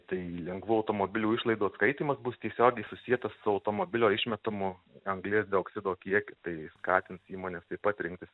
tai lengvų automobilių išlaidų atskaitymas bus tiesiogiai susietas su automobilio išmetamu anglies dioksido kiekiu tai skatins įmones taip pat rinktis